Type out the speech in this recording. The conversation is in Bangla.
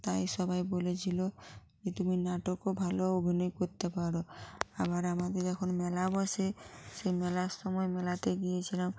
তাই সবাই বলেছিলো যে তুমি নাটকও ভালো অভিনয় করতে পারো আবার আমাদের এখন মেলা বসে সেই মেলার সময় মেলাতে গিয়েছিলাম